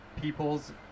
people's